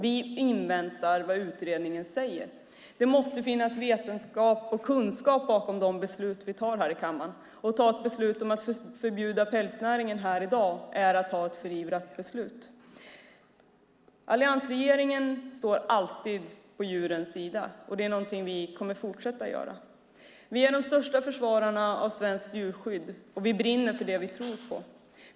Vi inväntar vad utredningen kommer fram till. Det måste finnas vetenskap och kunskap bakom de beslut vi tar här i kammaren. Att ta ett beslut om att förbjuda pälsnäringen här i dag är att ta ett förivrat beslut. Alliansregeringen står alltid på djurens sida, och det är något vi kommer att fortsätta göra. Vi är de största försvararna av svenskt djurskydd, och vi brinner för det vi tror på.